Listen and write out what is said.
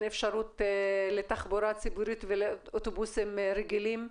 אפשרות לתחבורה ציבורית ולאוטובוסים רגילים.